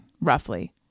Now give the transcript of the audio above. roughly